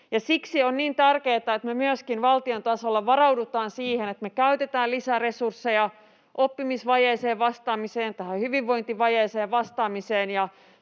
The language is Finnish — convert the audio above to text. Siksi on niin tärkeätä, että me myöskin valtion tasolla varaudutaan siihen, että me käytetään lisäresursseja oppimisvajeeseen vastaamiseen ja tähän hyvinvointivajeeseen vastaamiseen.